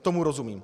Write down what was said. Tomu rozumím.